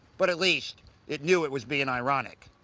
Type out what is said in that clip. but at least it knew it was being ironic.